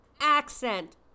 accent